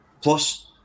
Plus